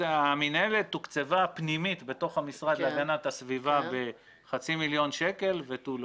המינהלת תוקצבה פנימית בתוך המשרד להגנת הסביבה בחצי מיליון שקל ותו לא.